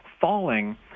falling